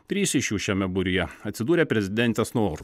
trys iš jų šiame būryje atsidūrė prezidentės noru